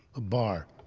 a bar,